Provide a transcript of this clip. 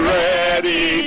ready